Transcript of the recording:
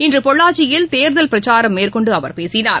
இன்று பொள்ளாச்சியில் தேர்தல் பிரச்சாரம் மேற்கொண்டு அவர் பேசினார்